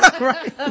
Right